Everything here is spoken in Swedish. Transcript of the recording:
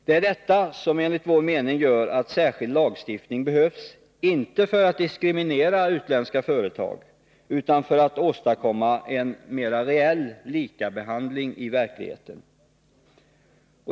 Det är detta som enligt vår mening gör att särskild lagstiftning behövs, inte för att diskriminera utländska företag, utan för att åstadkomma en mera reell likabehandling i verkligheten.